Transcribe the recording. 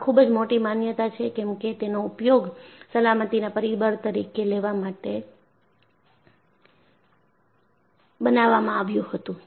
આ ખૂબ જ ખોટી માન્યતા છે કેમકે તેનો ઉપયોગ સલામતીના પરિબળ તરીકે લેવા માટે બનાવામાં આવ્યુ હતું